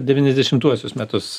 devyniasdešimtuosius metus